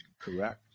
Correct